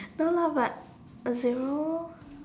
no lah but a zero